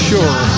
Sure